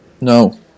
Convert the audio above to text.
No